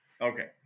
Okay